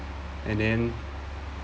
and then